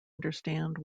understand